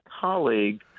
colleague